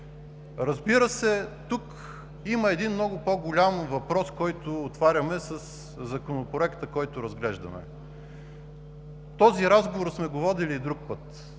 Разбира се, тук има един много по-голям въпрос, който отваряме със Законопроекта, който разглеждаме. Този разговор сме го водили и друг път.